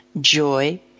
joy